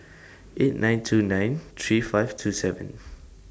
eight nine two nine three five two seven